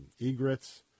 egrets